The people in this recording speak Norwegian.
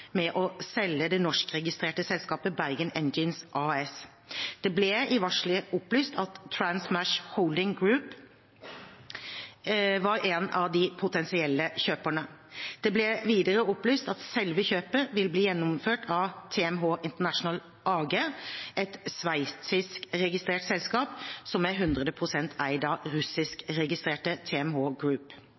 med å selge det norskregistrerte selskapet Bergen Engines AS. Det ble i varselet opplyst at Transmashholding Group var en av de potensielle kjøperne. Det ble videre opplyst at selve kjøpet ville bli gjennomført av TMH International AG, et sveitsiskregistrert selskap som er